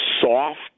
soft